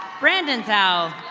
brandon zao.